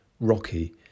rocky